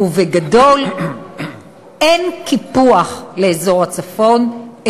ובגדול אין קיפוח באזור הצפון,